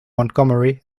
montgomery